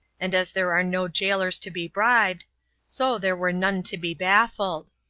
and as there were no gaolers to be bribed so there were none to be baffled.